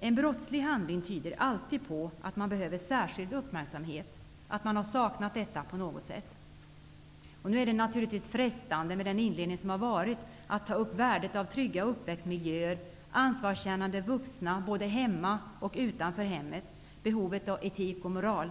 En brottslig handling tyder alltid på att man behöver särskild uppmärksamhet, på att man har saknat sådan på något sätt. Efter inledningen här är det naturligtvis frestande att ta upp värdet av trygga uppväxtmiljöer, ansvarskännande vuxna både i och utanför hemmet samt behovet av etik och moral.